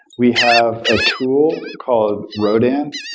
we have a tool called rodan.